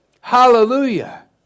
Hallelujah